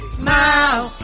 smile